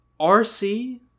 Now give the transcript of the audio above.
RC